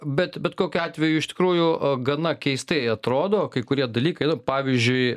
bet bet kokiu atveju iš tikrųjų gana keistai atrodo kai kurie dalykai nu pavyzdžiui